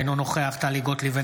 אינו נוכח טלי גוטליב,